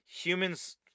humans